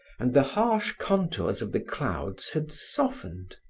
and the harsh contours of the clouds had softened.